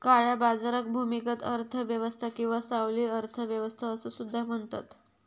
काळ्या बाजाराक भूमिगत अर्थ व्यवस्था किंवा सावली अर्थ व्यवस्था असो सुद्धा म्हणतत